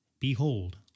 Behold